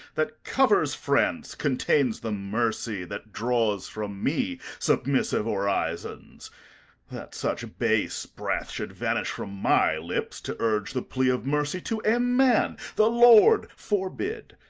that covers france, contains the mercy that draws from me submissive orizons that such base breath should vanish from my lips, to urge the plea of mercy to a man, the lord forbid!